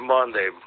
Monday